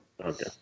Okay